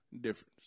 difference